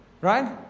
right